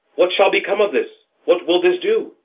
what shall become of this? what will this do?